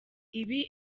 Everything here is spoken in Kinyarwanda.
ibi